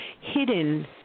hidden